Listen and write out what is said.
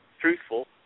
truthful